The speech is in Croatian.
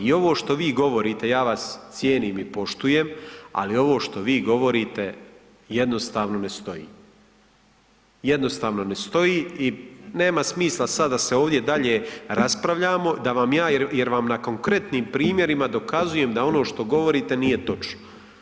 I ovo što vi govorite, ja vas cijenim i poštujem, ali ovo što vi govorite jednostavno ne stoji, jednostavno ne stoji i nema smisla sada da se ovdje dalje raspravljamo, da vam ja, jer vam na konkretnim primjerima dokazujem da ono što govorite nije točno.